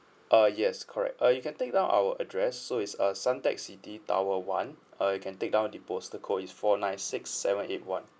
uh yes correct uh you can take down our address so is uh suntec city tower one uh you can take down the postal code is four nine six seven eight one